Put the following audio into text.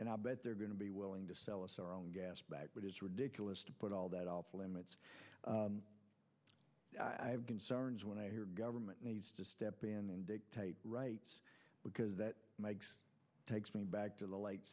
and i bet they're going to be willing to sell us our own gas back but it's ridiculous to put all that off limits i have concerns when i hear government needs to step in and dictate rights because that makes takes me back to the late